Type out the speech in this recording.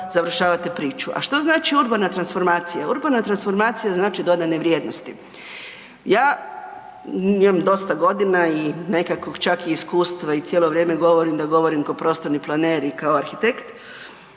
završavate priču. A što znači urbana transformacija? Urbana transformacija znači dodane vrijednosti. Ja imam dosta godina i nekakvog čak i iskustva i cijelo vrijeme govorim da govorim ko prostorni planer i kao arhitekt,